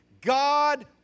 God